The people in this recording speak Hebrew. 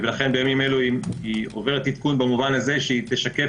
ולכן היא עוברת עדכון במובן הזה שהיא תשקף